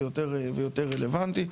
ויותר רלוונטי.